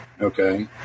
Okay